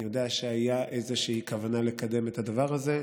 אני יודע שהייתה איזושהי כוונה לקדם את הדבר הזה.